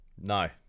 no